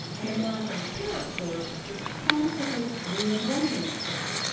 and american character was constantly re-inventing itself,